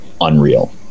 unreal